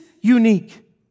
unique